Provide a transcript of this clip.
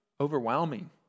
overwhelming